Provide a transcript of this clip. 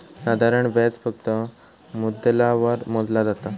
साधारण व्याज फक्त मुद्दलावर मोजला जाता